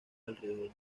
alrededor